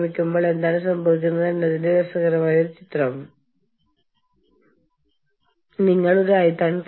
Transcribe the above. monitoring എന്നതുകൊണ്ട് അർത്ഥമാക്കുന്നത് നിങ്ങൾ നിങ്ങളുടെ പ്രശ്നങ്ങൾ കൈകാര്യം ചെയ്യുന്നു എന്നാൽ ഞങ്ങളെ ആ ലൂപ്പിൽ നിർത്തുകയും ചെയ്യുന്നു എന്നാണ്